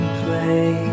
play